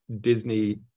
Disney